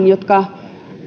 jotka